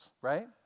right